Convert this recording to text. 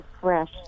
fresh